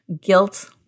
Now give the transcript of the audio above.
guilt